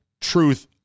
truth